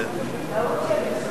בסדר.